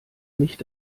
nicht